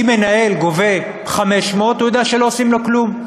ומנהל גובה 500 שקל, הוא יודע שלא עושים לו כלום.